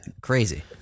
crazy